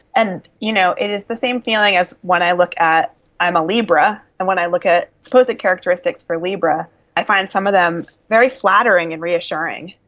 and you know it is the same feeling as when i look at i'm a libra and when i look at supposed characteristics for libra i find some of them very flattering and reassuring.